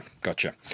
Gotcha